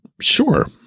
Sure